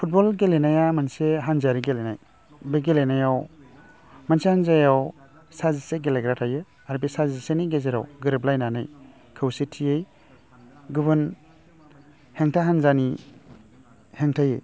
football गेलेनाया मोनसे हानजायारि गेलेनाय बे गेलेनायाव मोनसे हानजायाव सा जिसे गेलेग्रा थायो आरो बे सा जिसेनि गेजेराव गोरोबलायनानै गुबुन हेंथा हान्जानि हेंथायै